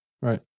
right